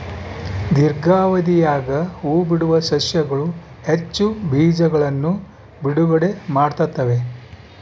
ದೀರ್ಘಾವಧಿಯಾಗ ಹೂಬಿಡುವ ಸಸ್ಯಗಳು ಹೆಚ್ಚು ಬೀಜಗಳನ್ನು ಬಿಡುಗಡೆ ಮಾಡ್ತ್ತವೆ